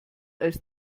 als